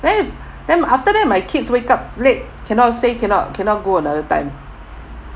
then then after that my kids wake up late cannot say cannot cannot go another time